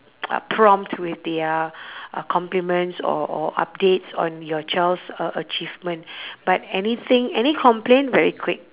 uh prompt with their uh compliments or or updates on your child's uh achievement but anything any complaint very quick